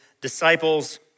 disciples